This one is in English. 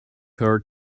her